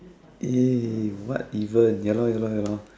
what even ya lah ya lah ya lah